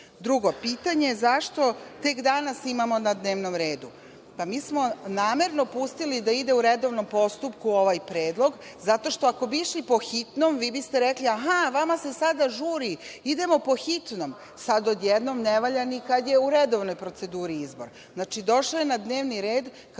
pitanje zašto tek danas imamo na dnevnom redu, pa mi smo namerno pustili da ide u redovnom postupku ovaj predlog, jer ako bi išli po hitnom vi biste rekli – aha, a vama se sada žuri, idemo po hitnom. Sada odjednom ne valja ni kada je u redovnoj proceduri izbor. Znači, došao je na dnevni red